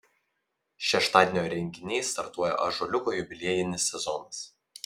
šeštadienio renginiais startuoja ąžuoliuko jubiliejinis sezonas